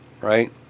Right